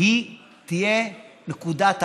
היא תהיה נקודת ההתחלה.